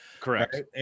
Correct